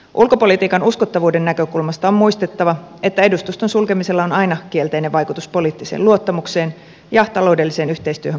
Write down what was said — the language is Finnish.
ulkopolitiikan uskottavuuden näkökulmasta on muistettava että edustuston sulkemisella on aina kielteinen vaikutus poliittiseen luottamukseen ja taloudelliseen yhteistyöhön kohdemaan kanssa